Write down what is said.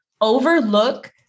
overlook